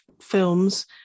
films